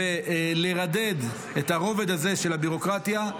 ולרדד את הרובד הזה של הביורוקרטיה,